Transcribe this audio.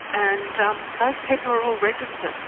and um those people are all registered.